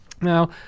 Now